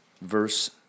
verse